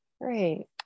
Great